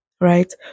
right